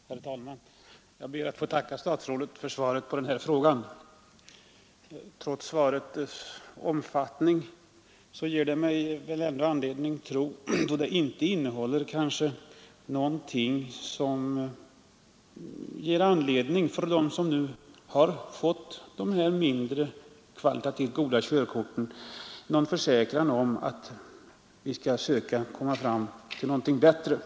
Herr talman! Jag ber att få tacka statsrådet för svaret på denna fråga. kortens kvalitativa Trots svarets omfattning innehåller det inte någonting som kan ge dem egenskaper som nu har fått dessa kvalitativt mindre goda körkort en försäkran om att vi skall söka komma fram till en bättre typ.